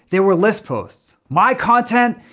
they were list posts. my content,